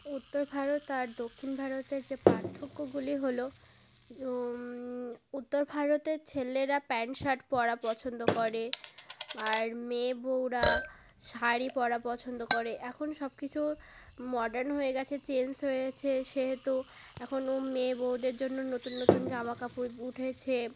উত্তর ভারত আর দক্ষিণ ভারতের যে পার্থক্যগুলি হলো উত্তর ভারতের ছেলেরা প্যান্ট শার্ট পরা পছন্দ করে আর মেয়ে বউরা শাড়ি পরা পছন্দ করে এখন সবকিছু মডার্ন হয়ে গেছে চেঞ্জ হয়েছে সেহেতু এখন মেয়ে বউদের জন্য নতুন নতুন জামাকাপড় উঠেছে